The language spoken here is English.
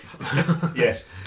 Yes